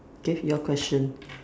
K your question